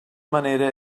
manera